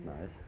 nice